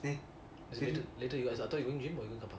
eh